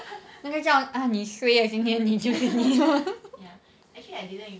那个叫 ah 你 suay 今天你就是了